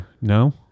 no